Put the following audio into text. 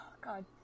god